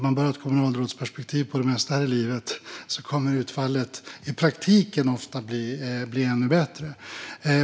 Man bör ha ett kommunalrådsperspektiv på det mesta här i livet; då kommer utfallet i praktiken ofta att bli ännu bättre.